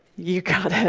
you got it.